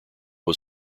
was